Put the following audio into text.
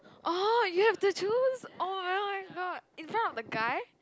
orh you have to choose oh my oh-my-god in front of the guy